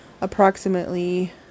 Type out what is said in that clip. approximately